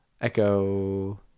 echo